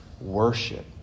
worship